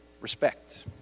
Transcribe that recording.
respect